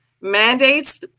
Mandates